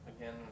again